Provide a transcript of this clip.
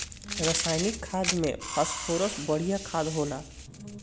रासायनिक खाद में फॉस्फोरस बढ़िया खाद होला